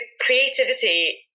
creativity